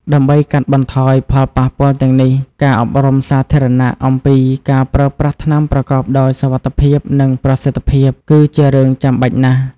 ដើម្បីកាត់បន្ថយផលប៉ះពាល់ទាំងនេះ ការអប់រំសាធារណៈអំពីការប្រើប្រាស់ថ្នាំប្រកបដោយសុវត្ថិភាព និងប្រសិទ្ធភាព គឺជារឿងចាំបាច់ណាស់។